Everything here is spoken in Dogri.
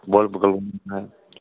बोलगा में